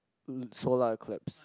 solar eclipse